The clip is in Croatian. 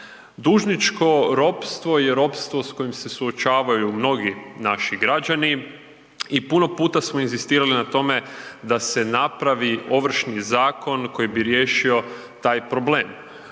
Dužničko ropstvo je ropstvo je s kojim se suočavaju mnogi naši građani i puno puta smo inzistirali na tome da se napravi Ovršni zakon koji bi riješio taj problem.